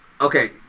Okay